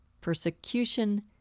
Persecution